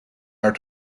are